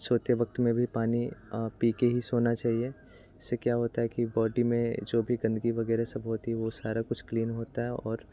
सोते वक़्त में भी पानी पीके ही सोना चाहिए इससे क्या होता है कि बॉडी में जो भी गंदगी वगैरह सब होती है वो सारा कुछ क्लीन होता है और